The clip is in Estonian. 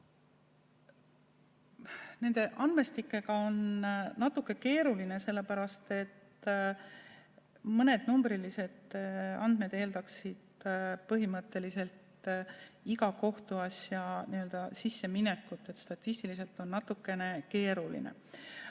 Nende andmestikega on natuke keeruline, sellepärast et mõned numbrilised andmed eeldaksid põhimõtteliselt iga kohtuasja sisse minekut. Nii et statistiliselt on see natuke keeruline.